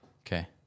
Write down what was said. Okay